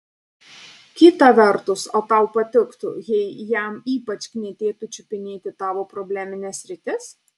kita vertus o tau patiktų jei jam ypač knietėtų čiupinėti tavo problemines sritis